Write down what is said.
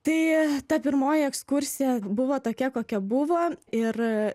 tai ta pirmoji ekskursija buvo tokia kokia buvo ir